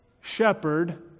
shepherd